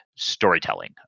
storytelling